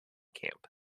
camp